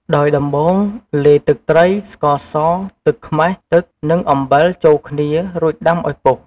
ដោយដំបូង លាយទឹកត្រី ស្ករស ទឹកខ្មេះ ទឹក និងអំបិល ចូលគ្នា រួចដាំឱ្យពុះ។